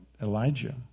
Elijah